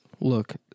Look